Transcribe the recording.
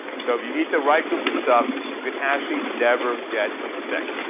so if you eat the right groups of stuff, you can actually never get sick.